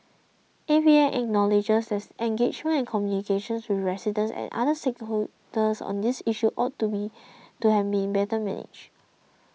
A V A acknowledges that engagement and communications with residents and other stakeholders on this issue ought to be to have been better managed